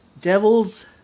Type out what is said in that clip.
Devils